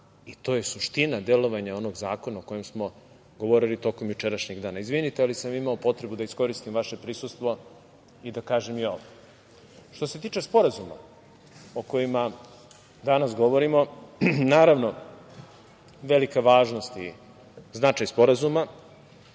i to je suština delovanja onog zakona o kojem smo govorili tokom jučerašnjeg dana. Izvinite, ali sam imao potrebu da iskoristim vaše prisustvo i da kažem i ovo. Što se tiče sporazuma o kojima danas govorimo, naravno velika važnost i značaj sporazuma,